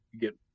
get